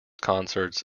concerts